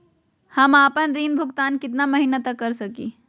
हम आपन ऋण भुगतान कितना महीना तक कर सक ही?